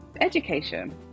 Education